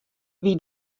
wie